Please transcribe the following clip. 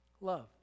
love